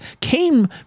came